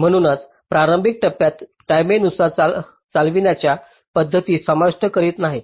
म्हणूनच ते प्रारंभिक टप्प्यात टाईमेनुसार चालविण्याच्या पद्धती समाविष्ट करीत नाहीत